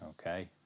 okay